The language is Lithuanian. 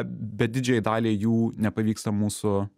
bet didžiajai daliai jų nepavyksta mūsų